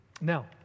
Now